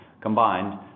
Combined